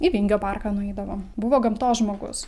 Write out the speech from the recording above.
į vingio parką nueidavo buvo gamtos žmogus